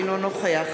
אינו נוכח